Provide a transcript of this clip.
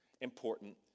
important